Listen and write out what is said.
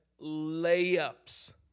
layups